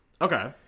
Okay